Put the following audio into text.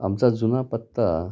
आमचा जुना पत्ता